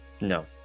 No